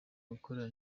gukora